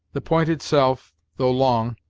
the point itself, though long,